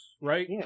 right